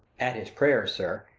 at his prayers, sir,